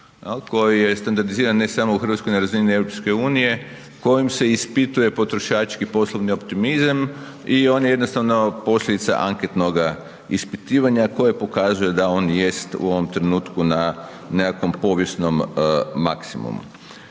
koji je standardiziran ne samo u Hrvatskoj na razini Europske unije kojim se ispituje potrošački poslovni optimizam i on je jednostavno posljedica anketnoga ispitivanja koje pokazuje da on jest u ovom trenutku na nekakvom povijesnom maksimumu.